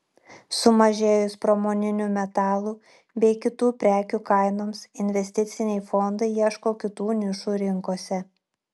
sumažėjus pramoninių metalų bei kitų prekių kainoms investiciniai fondai ieško kitų nišų rinkose